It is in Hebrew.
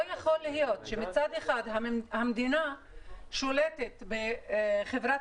לא יכול להיות שמצד אחד המדינה שולטת בחברת